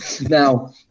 Now